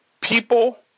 people